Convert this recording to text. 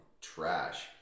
trash